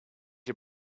you